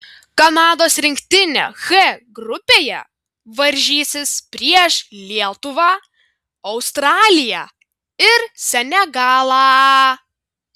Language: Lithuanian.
kanados rinktinė h grupėje varžysis prieš lietuvą australiją ir senegalą